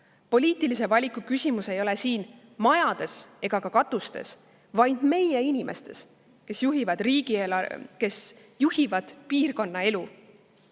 Poliitilise valiku küsimus ei ole siin majades ega ka katustes, vaid meie inimestes, kes juhivad piirkonna elu.